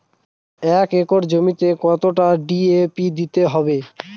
এক একর জমিতে কতটা ডি.এ.পি দিতে হবে?